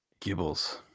Gibbles